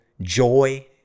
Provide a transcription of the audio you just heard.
joy